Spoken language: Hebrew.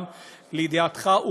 לידיעתך,